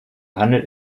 handelt